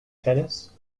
tennis